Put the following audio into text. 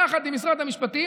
יחד עם משרד המשפטים,